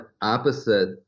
opposite